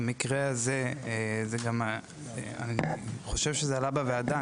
במקרה הזה אני חושב שזה עלה בוועדה.